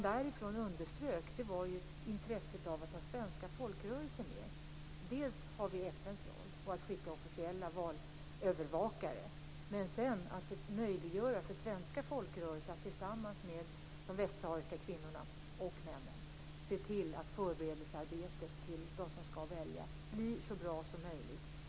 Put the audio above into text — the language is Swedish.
De underströk intresset av att ha svenska folkrörelser med. Vi har FN:s roll och de officiella valövervakare, men sedan bör vi möjliggöra för svenska folkrörelser att tillsammans med de västsahariska kvinnorna och männen se till att förberedelsearbetet för väljarna blir så bra som möjligt.